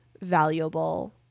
valuable